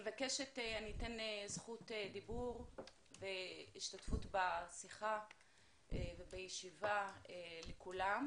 אתן זכות דיבור והשתתפות בשיחה ובישיבה לכולם,